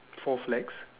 four flags